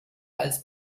als